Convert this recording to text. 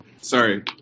Sorry